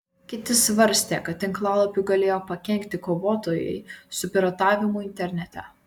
kiti svarstė kad tinklalapiui galėjo pakenkti kovotojai su piratavimu internete